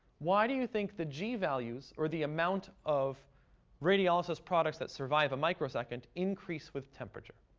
why do you think the g-values, or the amount of radiolysis products that survive a microsecond, increase with temperature?